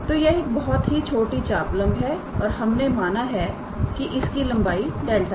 तोयह एक बहुत ही छोटी चापलंब है और हमने माना है इसकी लंबाई 𝛿𝑠 है